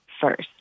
first